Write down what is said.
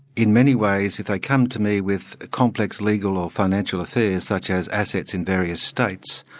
in many ways if they come to me with complex legal or financial affairs, such as assets in various states,